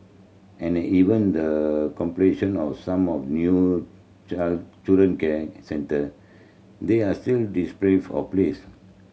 and even the completion of some of new child children can centre they are still of place